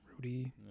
Rudy